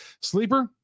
Sleeper